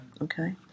Okay